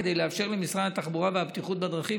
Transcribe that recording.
כדי לאפשר למשרד התחבורה והבטיחות בדרכים